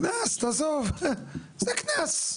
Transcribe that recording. קנס, תעזוב, זה קנס.